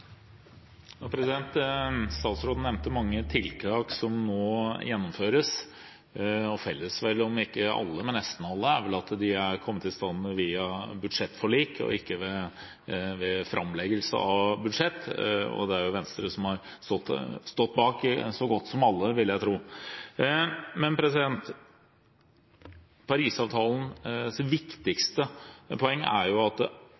Statsråden nevnte mange tiltak som nå gjennomføres, og felles for, om ikke alle, men nesten alle, er vel at de er kommet i stand via budsjettforlik og ikke ved framleggelse av budsjett. Og det er jo Venstre som har stått bak så godt som alle, vil jeg tro. Men Paris-avtalens viktigste poeng er jo at